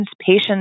patients